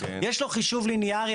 יש לו חישוב ליניארי,